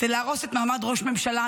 זה להרוס את מעמד ראש הממשלה,